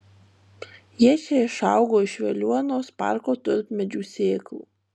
jie čia išaugo iš veliuonos parko tulpmedžių sėklų